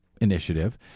initiative